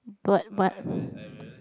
but but